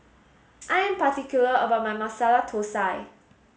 I am particular about my Masala Thosai